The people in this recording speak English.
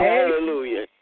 Hallelujah